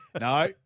No